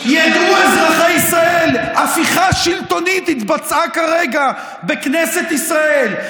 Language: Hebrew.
ידעו אזרחי ישראל: הפיכה שלטונית התבצעה כרגע בכנסת ישראל.